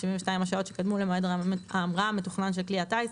72 השעות שקדמו למועד ההמראה המתוכנן של כלי הטיס,